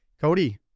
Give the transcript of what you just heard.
cody